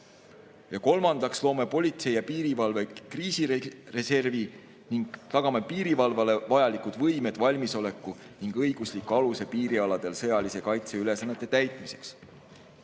Kolmandaks, loome politsei ja piirivalve kriisireservi ning tagame piirivalvele vajalikud võimed, valmisoleku ning õigusliku aluse piirialadel sõjalise kaitse ülesannete täitmiseks.